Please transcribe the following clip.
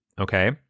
okay